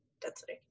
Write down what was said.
density